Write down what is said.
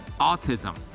autism